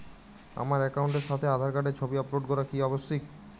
আমার অ্যাকাউন্টের সাথে আধার কার্ডের ছবি আপলোড করা কি আবশ্যিক?